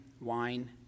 wine